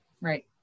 right